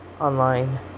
online